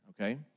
okay